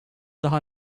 daha